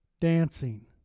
dancing